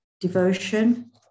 devotion